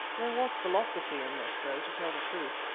there was philosophy in this, though, to tell the truth,